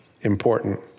important